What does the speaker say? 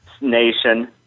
Nation